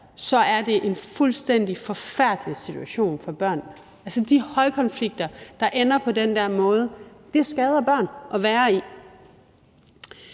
så er det en fuldstændig forfærdelig situation for børn. De højkonflikter, der ender på den der måde, skader det børn at være i.